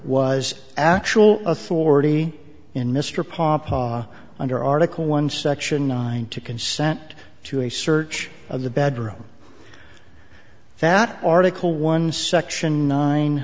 was actual authority in mr pawpaw under article one section nine to consent to a search of the bedroom that article one section